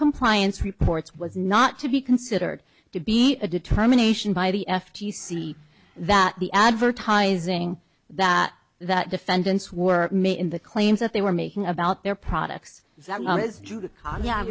compliance reports was not to be considered to be a determination by the f t c that the advertising that that defendants were made in the claims that they were making about their products